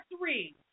three